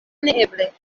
neeble